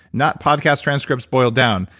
not podcast transcripts boiled down,